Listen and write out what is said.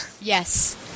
Yes